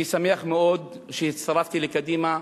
אני שמח מאוד שהצטרפתי לקדימה,